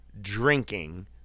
drinking